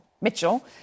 Mitchell